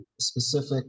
specific